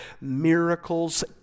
miracles